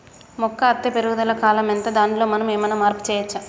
మొక్క అత్తే పెరుగుదల కాలం ఎంత దానిలో మనం ఏమన్నా మార్పు చేయచ్చా?